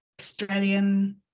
Australian